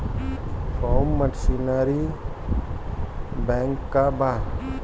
Form machinery bank का बा?